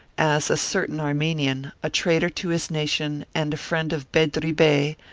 as a certain armenian, a traitor to his nation and a friend of bedri bey,